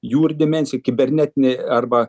jūrų dimensijų kibernetinėj arba